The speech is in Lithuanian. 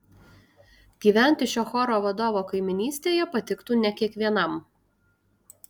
gyventi šio choro vadovo kaimynystėje patiktų ne kiekvienam